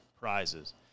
prizes